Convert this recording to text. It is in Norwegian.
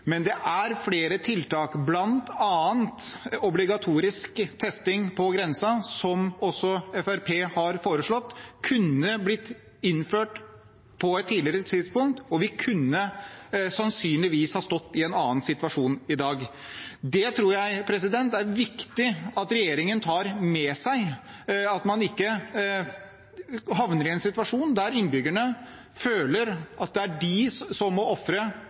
men det er flere tiltak, bl.a. obligatorisk testing på grensen, som også Fremskrittspartiet har foreslått, som kunne blitt innført på et tidligere tidspunkt, og vi kunne sannsynligvis ha stått i en annen situasjon i dag. Det tror jeg er viktig at regjeringen tar med seg, og at man ikke havner i en situasjon der innbyggerne føler at det er de som må ofre